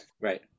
right